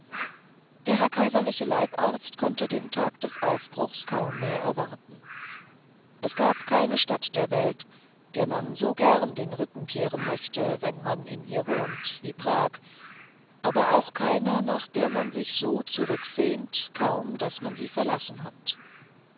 der herr kaiserliche leibarzt konnte den tag des aufbruchs kaum mehr erwarten es gibt keine stadt der welt der man so gern den rücken kehren möchte wenn man in ihr wohnt wie prag aber auch keine nach der man sich so zurücksehnt kaum daß man sie verlassen hat